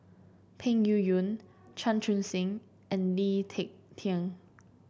Peng Yuyun Chan Chun Sing and Lee Ek Tieng